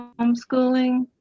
homeschooling